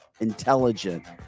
intelligent